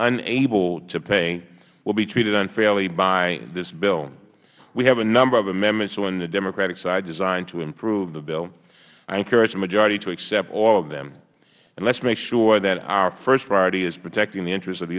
unable to pay will be treated unfairly by this bill we have a number of amendments on the democratic side designed to improve the bill i encourage the majority to accept all of them let us make sure that our first priority is protecting the interests of the